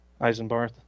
Eisenbarth